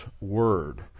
word